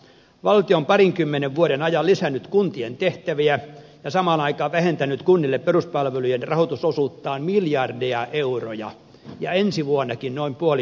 valtio on parinkymmenen vuoden ajan lisännyt kuntien tehtäviä ja samaan aikaan vähentänyt kunnille peruspalvelujen rahoitusosuuttaan miljardeja euroja ja ensi vuonnakin noin puoli miljardia euroa